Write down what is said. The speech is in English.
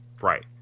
Right